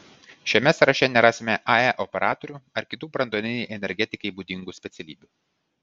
šiame sąraše nerasime ae operatorių ar kitų branduolinei energetikai būdingų specialybių